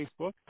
Facebook